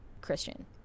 Christian